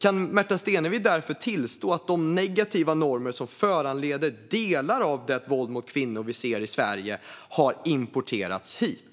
Kan Märta Stenevi därför tillstå att de negativa normer som föranleder delar av det våld mot kvinnor som vi ser i Sverige har importerats hit?